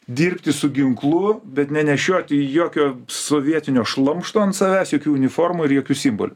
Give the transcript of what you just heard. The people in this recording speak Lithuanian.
dirbti su ginklu bet nenešioti jokio sovietinio šlamšto ant savęs jokių uniformų ir jokių simbolių